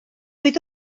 oedd